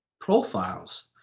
profiles